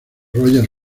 roger